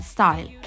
Style